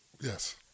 yes